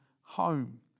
home